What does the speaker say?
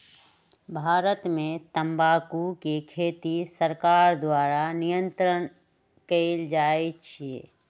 भारत में तमाकुल के खेती सरकार द्वारा नियन्त्रण कएल जाइ छइ